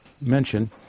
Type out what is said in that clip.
mention